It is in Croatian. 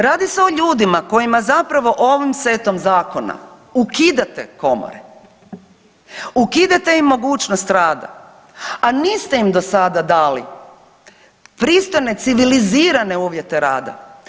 Radi se o ljudima kojima zapravo ovim setom zakona ukidate komore, ukidate im mogućnost rada, a niste im do sada dali pristojne, civilizirane uvjete rada.